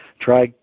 Try